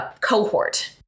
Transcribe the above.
cohort